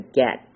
get